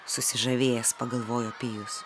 susižavėjęs pagalvojo pijus